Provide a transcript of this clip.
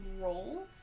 roll